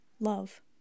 Love